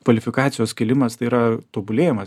kvalifikacijos kėlimas tai yra tobulėjimas